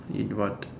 eat what